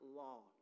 law